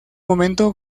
momento